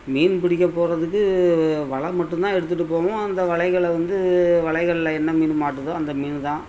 மீன் பிடிக்கப் போகிறதுக்கு வலை மட்டும் தான் எடுத்துகிட்டு போவோம் அந்த வலைகளை வந்து வலைகளில் என்ன மீனு மாட்டுதோ அந்த மீனு தான்